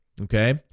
okay